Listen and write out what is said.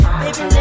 baby